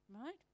right